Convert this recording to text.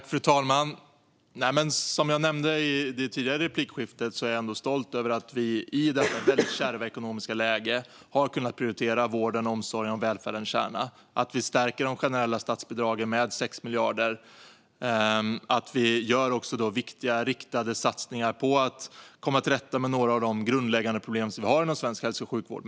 Fru talman! Som jag nämnde i det tidigare replikskiftet är jag stolt över att vi i detta kärva ekonomiska läge har kunnat prioritera vården, omsorgen och välfärdens kärna. Vi stärker de generella statsbidragen med 6 miljarder, och vi gör viktiga riktade satsningar på att komma till rätta med några av de grundläggande problem som vi har inom svensk hälso och sjukvård.